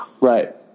Right